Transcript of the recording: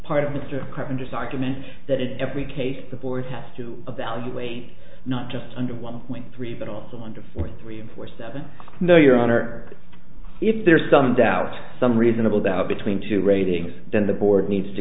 document that in every case the boards to evaluate not just under one point three but also under four three and four seven no your honor if there is some doubt some reasonable doubt between two ratings then the board needs to